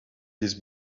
this